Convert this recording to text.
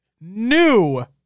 new